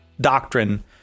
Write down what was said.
doctrine